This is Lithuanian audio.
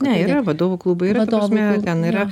ne yra vadovų klubai yra ta prasme ten yra